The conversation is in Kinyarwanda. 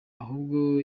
ahubwo